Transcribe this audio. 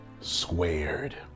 squared